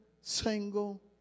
single